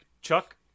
Chuck